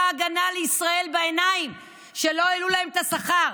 ההגנה לישראל שלא העלו להם את השכר,